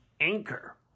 Anchor